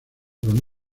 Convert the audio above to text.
con